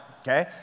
okay